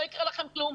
לא יקרה לכם כלום.